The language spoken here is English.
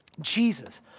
jesus